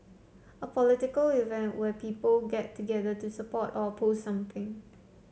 a political event where people get together to support or oppose something